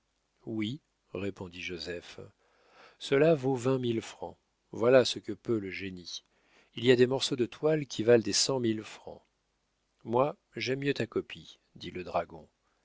oui répondit joseph cela vaut vingt mille francs voilà ce que peut le génie il y a des morceaux de toile qui valent des cent mille francs moi j'aime mieux ta copie dit le dragon